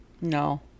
No